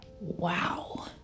Wow